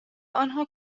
آنها